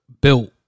built